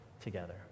together